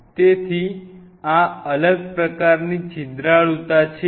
તેથી આ અલગ પ્રકારની છિદ્રાળુતા છે